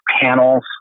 panels